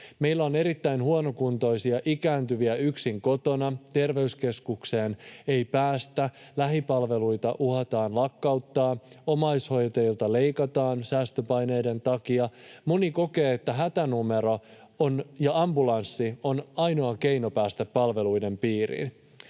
Meillä on erittäin huonokuntoisia ikääntyviä yksin kotona, terveyskeskukseen ei päästä, lähipalveluita uhataan lakkauttaa, omaishoitajilta leikataan säästöpaineiden takia. Moni kokee, että hätänumero ja ambulanssi on ainoa keino päästä palveluiden piiriin.